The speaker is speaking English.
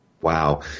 Wow